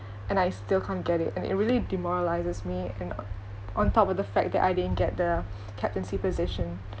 and I still can't get it and it really demoralises me and o~ on top of the fact that I didn't get the captaincy position